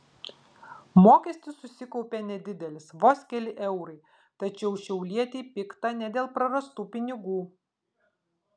mokestis susikaupė nedidelis vos keli eurai tačiau šiaulietei pikta ne dėl prarastų pinigų